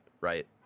right